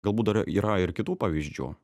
galbūt dar yra ir kitų pavyzdžių